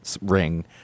ring